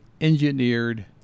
engineered